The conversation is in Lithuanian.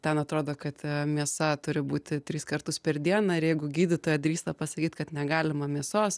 ten atrodo kad mėsa turi būti tris kartus per dieną ir jeigu gydytoja drįsta pasakyt kad negalima mėsos